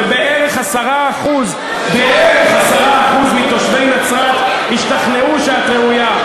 ובערך 10% בערך 10% מתושבי נצרת השתכנעו שאת ראויה.